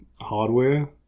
hardware